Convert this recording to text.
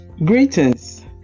Greetings